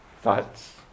thoughts